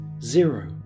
zero